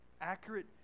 accurate